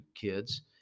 kids